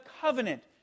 covenant